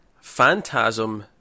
Phantasm